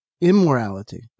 immorality